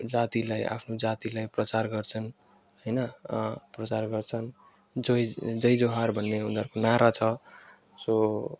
जातिलाई आफ्नो जातिलाई प्रचार गर्छन् होइन प्रचार गर्छन् जय जय जौहार भन्ने उनीहरूको नारा छ सो